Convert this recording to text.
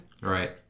Right